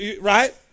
Right